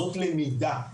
זאת למידה.